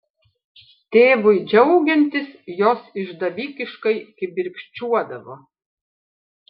tėvui džiaugiantis jos išdavikiškai kibirkščiuodavo